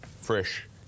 Fresh